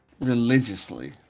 religiously